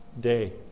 day